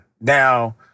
Now